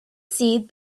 see